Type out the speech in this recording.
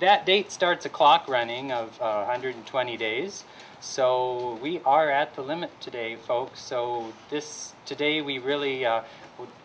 that date start the clock running of hundred twenty days so we are at the limit today folks so this today we really